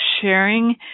sharing